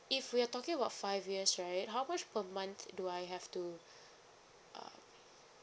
if we're talking about five years right how much per month do I have to uh